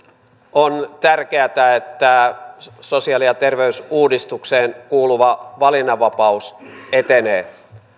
on tärkeätä että sosiaali ja terveysuudistukseen kuuluva valinnanvapaus etenee